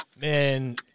man